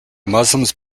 muslims